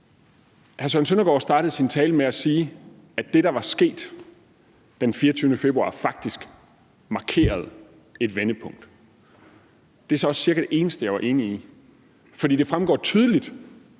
Hr. Søren Søndergaard startede sin tale med at sige, at det, der var sket den 24. februar i år, faktisk markerede et vendepunkt. Det er så også cirka det eneste, jeg var enig i. For det fremgår tydeligt,